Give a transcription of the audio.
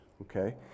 okay